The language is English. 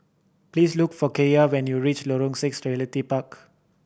please look for Kaiya when you reach Lorong Six Realty Park